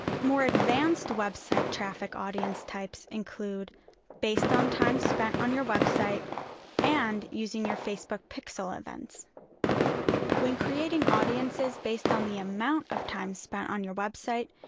more advanced website traffic audience types include based on time spent on your website and using your facebook pixel events when creating audiences based on the amount of time spent on your website,